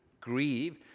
grieve